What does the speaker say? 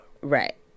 Right